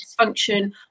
dysfunction